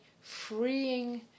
freeing